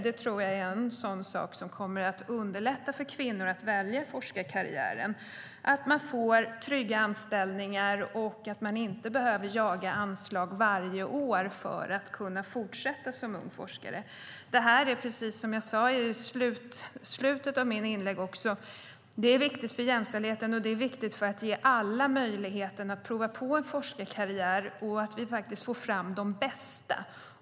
Det tror jag är en sådan sak som kommer att underlätta för kvinnor att välja forskarkarriären - att man får trygga anställningar och att man inte behöver jaga anslag varje år för att kunna fortsätta som ung forskare. Det här är, precis som jag sade i slutet av mitt förra inlägg, viktigt för jämställdheten, och det är viktigt för att ge alla möjligheten att prova på en forskarkarriär så att vi faktiskt får fram de bästa.